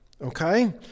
Okay